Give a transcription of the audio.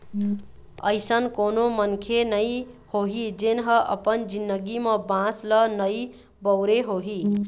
अइसन कोनो मनखे नइ होही जेन ह अपन जिनगी म बांस ल नइ बउरे होही